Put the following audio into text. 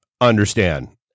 understand